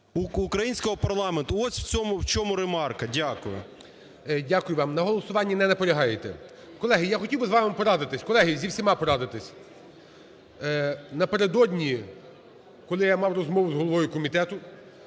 українського парламенту, ось в цьому, в чому ремарка. Дякую. ГОЛОВУЮЧИЙ. Дякую вам. На голосуванні не наполягаєте. Колеги, я хотів би з вами порадитись, колеги, зі всіма порадитись. Напередодні, коли я мав розмову з головою комітету,